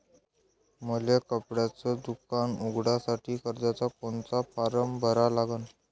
मले कपड्याच दुकान उघडासाठी कर्जाचा कोनचा फारम भरा लागन?